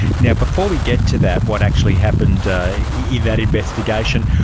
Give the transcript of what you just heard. yeah before we get to that, what actually happened in that investigation,